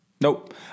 Nope